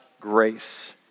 grace